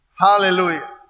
Hallelujah